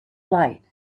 light